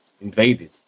invaded